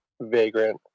Vagrant